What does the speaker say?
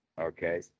Okay